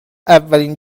اولین